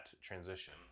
transition